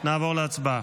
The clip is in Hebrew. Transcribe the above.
נעבור להצבעה.